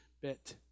bit